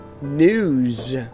news